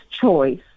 choice